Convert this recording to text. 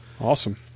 Awesome